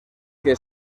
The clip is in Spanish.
que